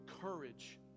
courage